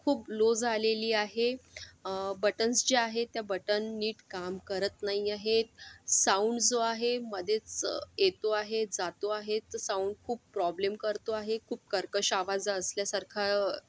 खूप लो झालेली आहे बटन्स जे आहेत त्या बटन नीट काम करत नाही आहेत साउंड जो आहे मध्येच येतो आहे जातो आहे तर साउंड खूप प्रॉब्लेम करतो आहे खूप कर्कश आवाज असल्यासारखा